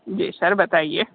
जी sir बताइए